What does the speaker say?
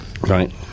right